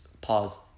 pause